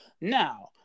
now